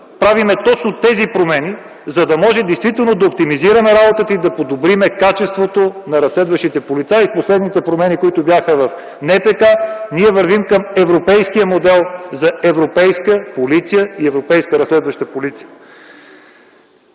правим точно тези промени, за да може действително да оптимизираме работата и да подобрим качеството на разследващите полицаи. С последните промени, които бяха в НПК, ние вървим към европейския модел за европейска полиция и европейска разследваща полиция.